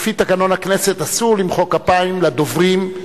לפי תקנון הכנסת אסור למחוא כפיים לדוברים,